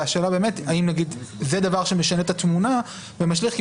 והשאלה היא אם זה דבר שמשנה את התמונה ומשליך,